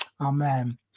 amen